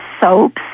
soaps